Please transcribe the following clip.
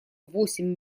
восемь